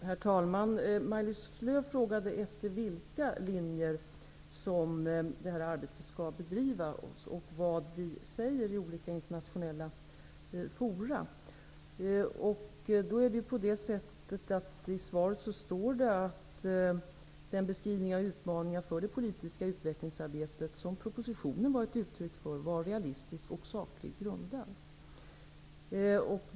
Herr talman! Maj-Lis Lööw frågade efter vilka riktlinjer som detta arbete skall bedrivas och vad vi säger i olika internationella fora. I svaret står att den beskrivning av utmaningar för det politiska utvecklingsarbetet som propositionen var ett uttryck för var realistisk och sakligt grundad.